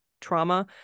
trauma